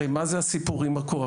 הרי מה זה הסיפורים הכואבים,